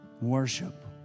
worship